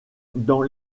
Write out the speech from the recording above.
dans